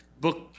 book